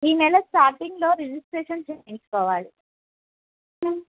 ఈ నెల స్టార్టింగ్లో రిజిస్ట్రేషన్ చేయించుకోవాలి